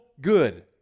good